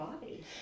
body